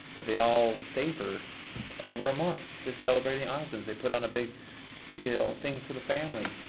but they all stayed for over a month just celebrating osmonds. they put on a big you know thing for the family,